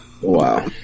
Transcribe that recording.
Wow